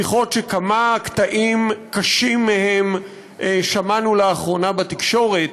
שיחות שכמה קטעים קשים מהם שמענו לאחרונה בתקשורת,